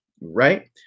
Right